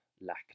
lack